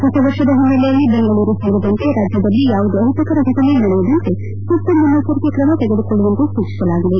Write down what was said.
ಹೊಸ ವರ್ಷದ ಹಿನ್ನೆಲೆಯಲ್ಲಿ ಬೆಂಗಳೂರು ಸೇರಿದಂತೆ ರಾಜ್ಯದಲ್ಲಿ ಯಾವುದೇ ಅಹಿತಕರ ಘಟನೆ ನಡೆಯದಂತೆ ಸೂಕ್ತ ಮುನ್ನೆಚ್ಚರಿಕೆ ಕ್ರಮ ತೆಗೆದುಕೊಳ್ಳುವಂತೆ ಸೂಚಿಸಲಾಗಿದೆ